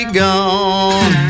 gone